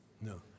No